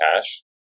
cash